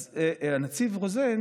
אז הנציב רוזן